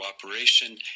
cooperation